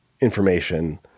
information